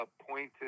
appointed